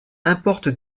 importe